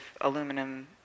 aluminum